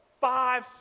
five